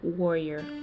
warrior